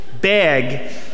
bag